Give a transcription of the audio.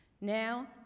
Now